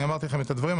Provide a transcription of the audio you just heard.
אמרתי לכם את הדברים,